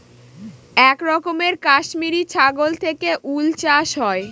এক রকমের কাশ্মিরী ছাগল থেকে উল চাষ হয়